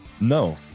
no